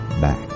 back